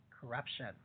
corruption